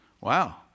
Wow